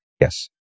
Yes